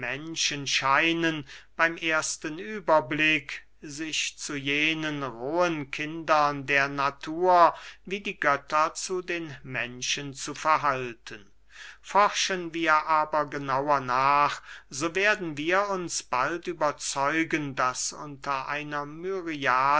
menschen scheinen beym ersten überblick sich zu jenen rohen kindern der natur wie die götter zu den menschen zu verhalten forschen wir aber genauer nach so werden wir uns bald überzeugen daß unter einer